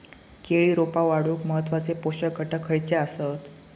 केळी रोपा वाढूक महत्वाचे पोषक घटक खयचे आसत?